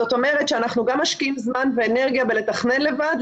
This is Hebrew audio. זאת אומרת שאנחנו גם משקיעים זמן ואנרגיה בלתכנן לבד,